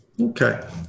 Okay